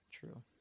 True